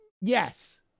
Yes